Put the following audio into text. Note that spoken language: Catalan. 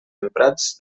emprats